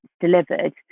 delivered